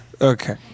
Okay